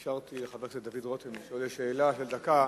אפשרתי לחבר הכנסת דוד רותם לשאול שאלה של דקה.